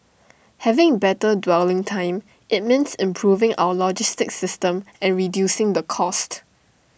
having better dwelling time IT means improving our logistic system and reducing the cost